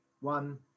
one